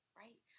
right